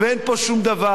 ואין פה שום דבר.